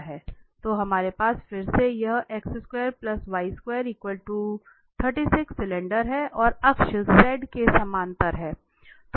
तो हमारे पास फिर से एक सिलेंडर है और अक्ष z अक्ष के समानांतर है